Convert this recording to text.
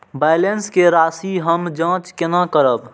Balance के राशि हम जाँच केना करब?